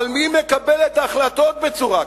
אבל מי מקבל את ההחלטות בצורה כזאת?